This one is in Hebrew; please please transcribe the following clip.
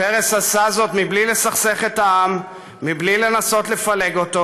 פרס עשה זאת מבלי לסכסך את העם ומבלי לנסות לפלג אותו.